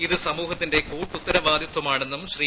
ഇത് സമൂഹത്തിന്റെ കൂട്ടുത്തരവാദിതമാ ണെന്നും ശ്രീ